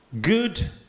good